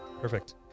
Perfect